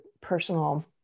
personal